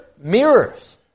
mirrors